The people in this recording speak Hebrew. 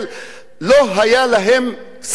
לא היתה להם סוכרת,